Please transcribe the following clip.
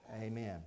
Amen